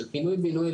של פינוי בינוי,